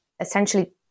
Essentially